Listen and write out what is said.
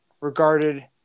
regarded